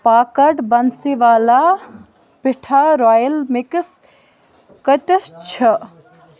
packet بنسیٖوالا پِٹھا royal mix کۭتِس چھِ